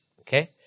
okay